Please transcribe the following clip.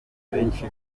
benshi